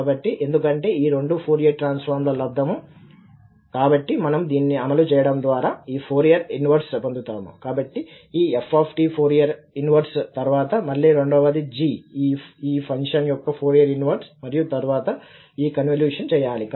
కాబట్టి ఎందుకంటే ఈ రెండు ఫోరియర్ ట్రాన్స్ఫార్మర్స్ ల లబ్దము కాబట్టి మనము దీనిని అమలు చెయ్యడం ద్వారా ఈ ఫోరియర్ ఇన్వర్స్ పొందుతాము కాబట్టి ఈ f ఫోరియర్ ఇన్వర్స్ తరువాత మళ్ళీ రెండవది g ఈ ఫంక్షన్ యొక్క ఫోరియర్ ఇన్వెర్స్ మరియు తరువాత ఈ కన్వల్యూషన్ చేయాలి